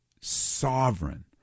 sovereign